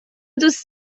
دوست